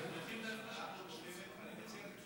אנחנו,